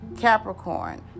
Capricorn